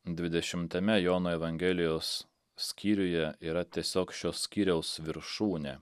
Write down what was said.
dvidešimtame jono evangelijos skyriuje yra tiesiog šio skyriaus viršūnė